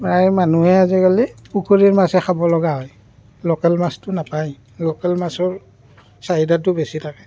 প্ৰায় মানুহে আজিকালি পুখুৰীৰ মাছে খাব লগা হয় লোকেল মাছটো নাপায় লোকেল মাছৰ চাহিদাটো বেছি থাকে